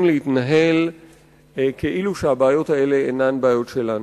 להתנהל כאילו הבעיות האלה אינן בעיות שלנו.